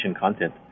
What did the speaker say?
content